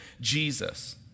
Jesus